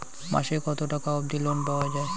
মাসে কত টাকা অবধি লোন পাওয়া য়ায়?